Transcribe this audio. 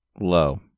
Low